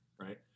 right